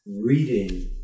reading